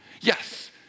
Yes